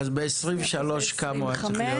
--- אז כמה הוא היה צריך להיות ב-2023?